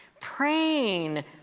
praying